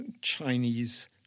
Chinese